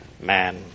man